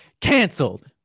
canceled